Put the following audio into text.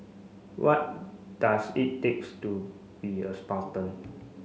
what does it takes to be a Spartan